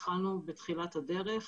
התחלנו בתחילת הדרך